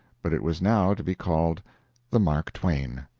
but it was now to be called the mark twain.